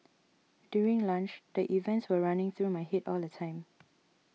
during lunch the events were running through my head all the time